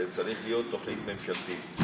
זאת צריכה להיות תוכנית ממשלתית.